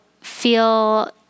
feel